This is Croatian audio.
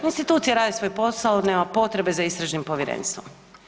Institucije rade svoj posao, nema potrebe za istražnim povjerenstvom.